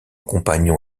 compagnon